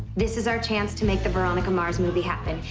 this is our chance to make the veronica mars movie happen.